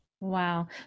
Wow